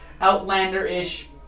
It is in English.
outlander-ish